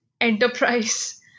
enterprise